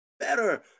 Better